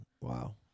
Wow